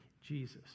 Jesus